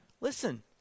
Listen